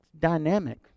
dynamic